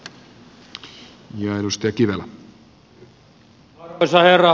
arvoisa herra puhemies